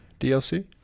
DLC